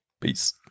Peace